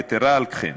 יתרה על כך,